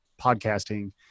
podcasting